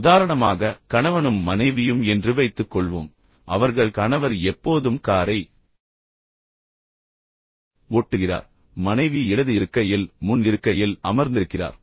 உதாரணமாக கணவனும் மனைவியும் என்று வைத்துக்கொள்வோம் எனவே அவர்கள் கணவர் எப்போதும் காரை ஓட்டுகிறார் மனைவி இடது இருக்கையில் முன் இருக்கையில் அமர்ந்திருக்கிறார்